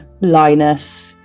Linus